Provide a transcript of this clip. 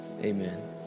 amen